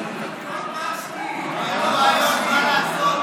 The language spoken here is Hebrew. מה לעשות,